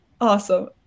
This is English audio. Awesome